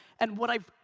and what i've,